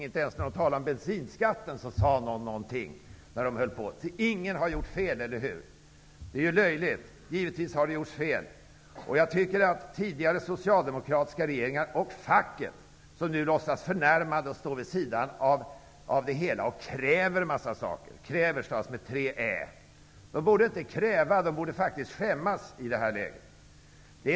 Inte ens när man talade om bensinskatten sade någon någonting. Ingen har gjort fel, eller hur? Men det är ju löjligt. Givetvis har det gjorts felaktigheter. Jag tycker att tidigare socialdemokratiska regeringar och även facken, som nu låtsas förnärmade och står vid sidan om och kräver en massa saker -- kräver med tre ä:n --, inte borde kräva utan faktiskt borde skämmas i det här läget.